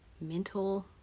mental